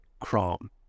Chrome